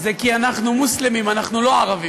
זה כי אנחנו מוסלמים, אנחנו לא ערבים.